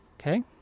Okay